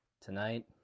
Tonight